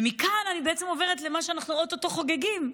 ומכאן אני עוברת למה שאנחנו או-טו-טו חוגגים,